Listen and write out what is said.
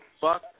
fuck